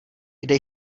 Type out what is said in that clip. kde